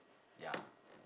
ya